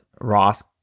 Ross